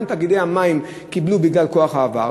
גם תאגידי המים קיבלו, בגלל כוח העבר.